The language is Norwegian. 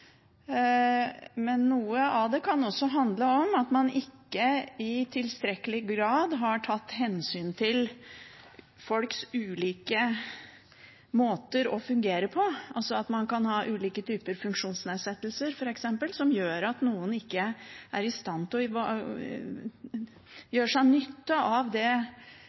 Men noe av det kan også handle om at man ikke i tilstrekkelig grad har tatt hensyn til folks ulike måter å fungere på. Man kan ha ulike typer funksjonsnedsettelser som gjør at noen ikke er i stand til å gjøre seg nytte av det